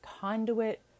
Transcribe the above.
conduit